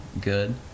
good